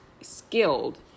skilled